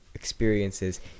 experiences